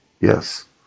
yes